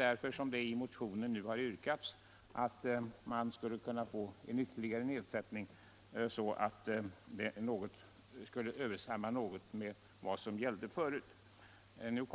Därför har i en motion yrkats på en ytterligare nedsättning, så att beskattningen någorlunda skall överensstämma med vad som förut gällde.